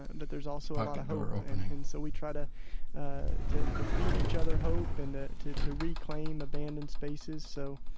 and but there's also a lot of hope. and and so we tried to to feed each other hope and ah to to reclaim abandoned spaces. so,